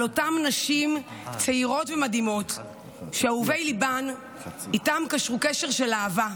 על אותן נשים צעירות ומדהימות שאהובי ליבן קשרו איתן קשרו קשר של אהבה.